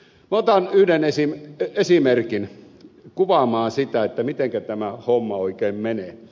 otan yhden esimerkin kuvaamaan sitä mitenkä tämä homma oikein menee